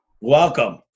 welcome